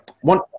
one